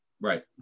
Right